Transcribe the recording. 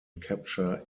capture